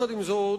עם זאת,